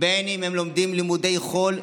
בין אם הם לומדים לימודי חול.